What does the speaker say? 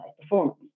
performance